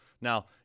Now